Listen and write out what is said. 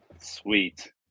Sweet